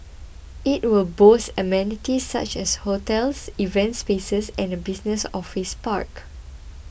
it will boast amenities such as hotels events spaces and a business office park